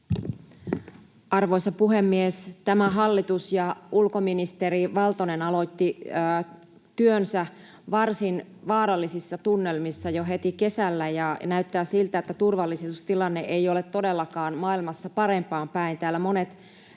Arvoisa puhemies! Tämä hallitus ja ulkoministeri Valtonen aloittivat työnsä varsin vaarallisissa tunnelmissa jo heti kesällä, ja näyttää siltä, että turvallisuustilanne ei ole todellakaan maailmassa parempaan päin. Täällä monet